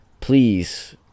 please